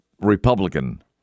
Republican